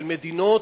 של מדינות,